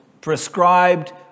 prescribed